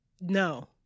No